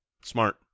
Smart